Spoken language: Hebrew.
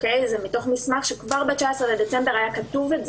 כבר ב-19.12 זה היה כתוב,